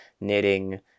knitting